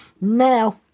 Now